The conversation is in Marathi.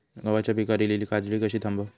गव्हाच्या पिकार इलीली काजळी कशी थांबव?